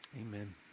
Amen